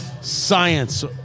Science